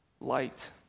light